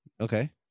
okay